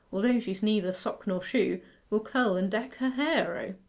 although she's neither sock nor shoe will curl and deck her hair,